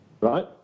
Right